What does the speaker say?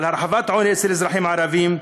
על הרחבת העוני אצל האזרחים הערבים,